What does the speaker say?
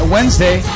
Wednesday